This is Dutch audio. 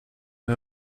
een